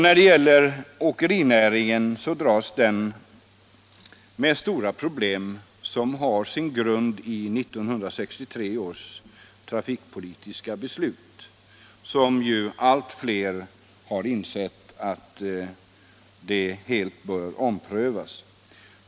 När det gäller åkerinäringen, så dras den med stora problem vilka har sin grund i 1963 års trafikpolitiska beslut, som ju allt fler har insett helt bör omprövas.